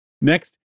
Next